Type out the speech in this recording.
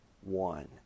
one